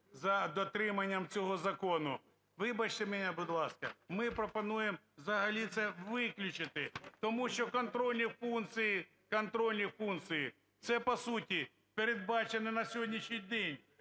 за дотриманням цього закону. Вибачте мене, будь ласка, ми пропонуємо взагалі це виключити, тому що контрольні функції, контрольні функції, це по суті передбачені на сьогоднішній день